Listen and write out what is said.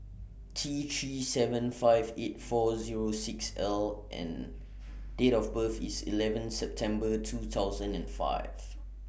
T three seven five eight four Zero six L and Date of birth IS eleven September two thousand and five